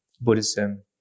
Buddhism